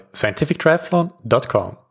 scientifictriathlon.com